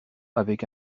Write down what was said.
avec